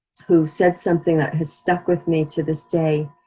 who said something that has stuck with me to this day.